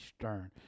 stern